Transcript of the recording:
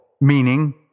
Meaning